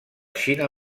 xina